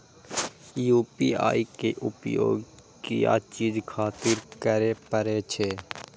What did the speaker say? UPI के उपयोग किया चीज खातिर करें परे छे?